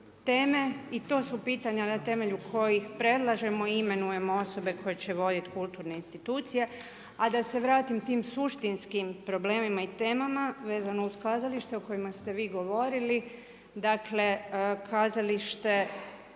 teme i to su pitanja na temelju kojih prilažemo i imenujemo osobe koje će voditi kulturne institucije. A da se vratim tim suštinskim problemima i temama vezano uz kazalište o kojima ste vi govorili, dakle, kazalište